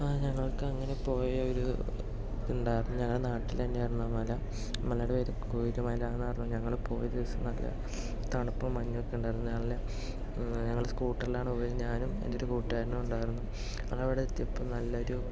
ആ ഞങ്ങൾക്ക് അങ്ങനെ പോയ ഒരു ഉണ്ടായിരുന്നു ഞങ്ങളുടെ നാട്ടിൽ തന്നെയായിരുന്നു ആ മല മലയുടെ പേര് കോയിരു മലാന്നായിരുന്നു ഞങ്ങൾ പോയ ദിവസം നല്ല തണുപ്പും മഞ്ഞൊക്കെയുണ്ടായിരുന്നു നല്ല ഞങ്ങൾ സ്കൂട്ടറിലാണ് പോയത് ഞാനും എന്റെ ഒരു കൂട്ടുകാരനുമുണ്ടായിരുന്നു ഞങ്ങൾ അവിടെ എത്തിയപ്പോൾ നല്ല ഒരു